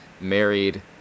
married